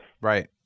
Right